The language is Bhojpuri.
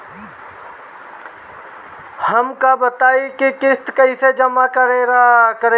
हम का बताई की किस्त कईसे जमा करेम?